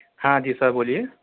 ہاں جی سر بولیے